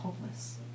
hopeless